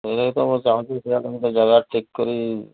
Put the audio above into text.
ସେୟାତ ମୁଁ ଚାହୁଁଛି ସେଆଡେ ଗୋଟେ ଜାଗା ଠିକ୍ କରି